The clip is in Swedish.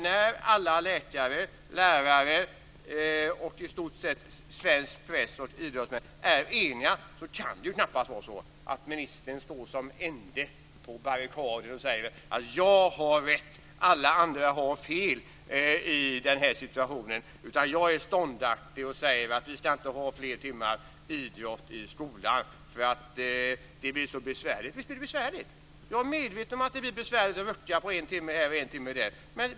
När alla läkare, lärare och i stort sett all svensk press och alla svenska idrottsmän är eniga kan knappast ministern stå som den ende på barrikaden och säga: Jag har rätt och alla andra har fel i den här situationen. Jag är ståndaktig. Vi ska inte ha fler timmar idrott i skolan, eftersom det blir så besvärligt. Visst är det besvärligt! Jag är medveten om att det blir besvärligt att rucka på en timme här och en timme där.